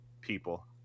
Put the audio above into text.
people